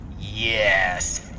Yes